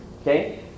Okay